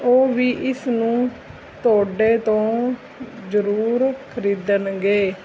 ਉਹ ਵੀ ਇਸ ਨੂੰ ਤੁਹਾਡੇ ਤੋਂ ਜ਼ਰੂਰ ਖਰੀਦਣਗੇ